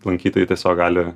lankytojai tiesiog gali